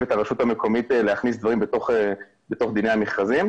את הרשות המקומית להכניס דברים בתוך דיני המכרזים,